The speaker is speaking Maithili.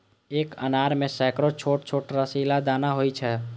एक अनार मे सैकड़ो छोट छोट रसीला दाना होइ छै